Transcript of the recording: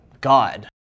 God